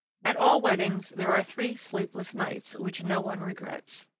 at all weddings, there are three sleepless nights, which no one regrets.